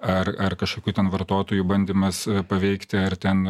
ar ar kažkokių ten vartotojų bandymas paveikti ar ten